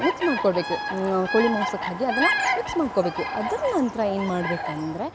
mix ಮಾಡ್ಕೊಳ್ಳಬೇಕು ಕೋಳಿ ಮಾಂಸಕ್ಕೆ ಹಾಕಿ ಅದನ್ನು ಮಿಕ್ಸ್ ಮಾಡ್ಕೊಬೇಕು ಅದರ ನಂತರ ಏನು ಮಾಡ್ಬೇಕು ಅಂದರೆ